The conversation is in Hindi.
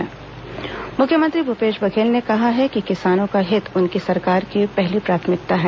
मुख्यमंत्री राजनांदगांव मुख्यमंत्री भूपेश बघेल ने कहा है कि किसानों का हित उनकी सरकार की पहली प्राथमिकता है